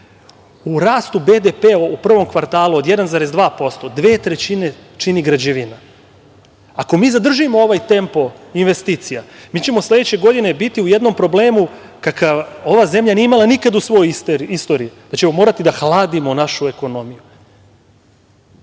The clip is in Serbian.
U rastu BDP u prvom kvartalu od 1,2% dve trećine čini građevina. Ako mi zadržimo ovaj tempo investicija, mi ćemo sledeće godine biti u jednom problemu kakav ova zemlja nije imala nikad u svojoj istoriji, da ćemo morati da hladimo našu ekonomiju.